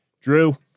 Drew